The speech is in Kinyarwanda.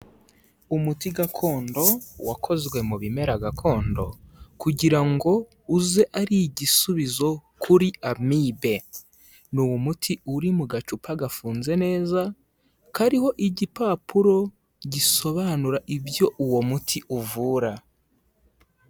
Umuti gakondo wakozwe mu bimera gakondo, kugira ngo uze ari igisubizo kuri amibe. Ni umuti uri mu gacupa gafunze neza, kariho igipapuro gisobanura ibyo uwo muti uvura.